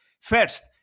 first